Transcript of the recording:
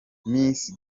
miss